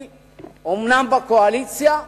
אני אומנם בקואליציה,